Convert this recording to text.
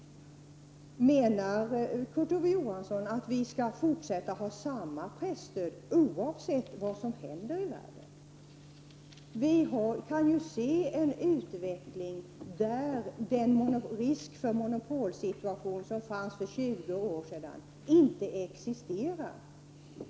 Menar Kurt Ove Johansson att vi skall fortsätta att ha samma presstöd oavsett vad som händer i världen? Vi kan ju se en utveckling som innebär att den risk för monopolsituation som fanns för 20 år sedan inte längre existerar.